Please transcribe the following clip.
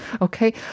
Okay